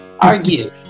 argue